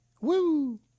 Woo